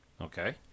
Okay